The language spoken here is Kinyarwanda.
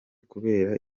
kubera